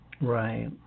Right